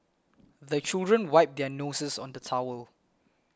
the children wipe their noses on the towel